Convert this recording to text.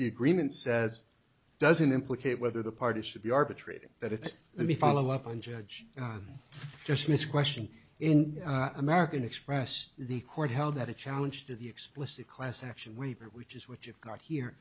the agreement says doesn't implicate whether the parties should be arbitrated that it's let me follow up on judge dismissed question in american express the court held that a challenge to the explicit class action waiver which is what you've got here